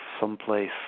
someplace